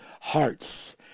hearts